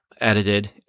edited